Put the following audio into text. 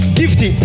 gifty